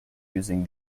using